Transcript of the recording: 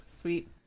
sweet